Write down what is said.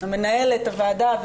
מנהלת הוועדה,